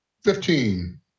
Fifteen